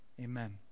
amen